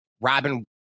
Robin